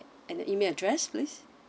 and the email address please